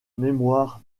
mémoire